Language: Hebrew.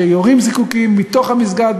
שיורים זיקוקים מתוך המסגד.